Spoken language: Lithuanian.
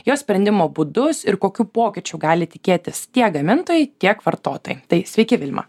jos sprendimo būdus ir kokių pokyčių gali tikėtis tiek gamintojai tiek vartotojai tai sveiki vilma